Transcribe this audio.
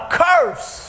curse